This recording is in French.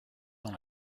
dans